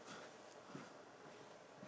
the Adam one is yellow